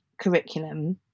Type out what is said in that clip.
curriculum